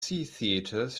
theaters